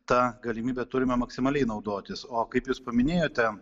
ta galimybe turime maksimaliai naudotis o kaip jūs paminėjote